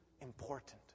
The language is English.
important